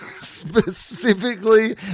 specifically